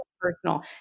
personal